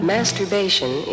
Masturbation